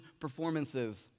performances